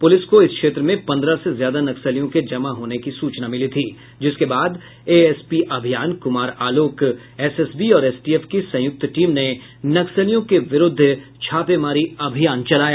police को इस क्षेत्र में पंद्रह से ज्यादा नक्सलियों के जमा होने की सूचना मिली थी जिसके बाद एएसपी अभियान कुमार आलोक एसएसबी और एसटीएफ की संयुक्त टीम ने नक्सलियों के विरूद्व छापेमारी अभियान चलाया